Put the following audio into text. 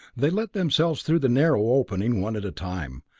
they let themselves through the narrow opening one at a time,